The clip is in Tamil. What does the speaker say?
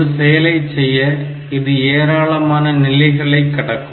ஒரு செயலைச் செய்ய இது ஏராளமான நிலைகளை கடக்கும்